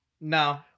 No